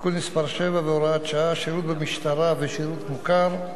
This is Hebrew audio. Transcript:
(תיקון מס' 7 והוראת שעה) (שירות במשטרה ושירות מוכר)